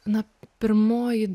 na pirmoji